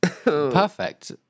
Perfect